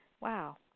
Wow